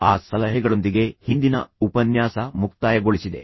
ಆ ಸಲಹೆಗಳೊಂದಿಗೆ ಹಿಂದಿನ ಉಪನ್ಯಾಸ ಮುಕ್ತಾಯಗೊಳಿಸಿದೆ